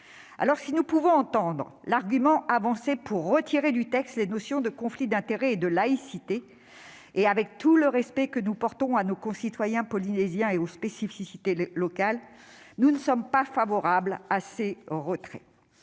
Certes, nous pouvons entendre l'argument avancé pour retirer du texte les notions de conflit d'intérêts et de laïcité. Mais, avec tout le respect que nous portons à nos concitoyens polynésiens et aux spécificités locales, nous ne sommes pas favorables à ces retraits.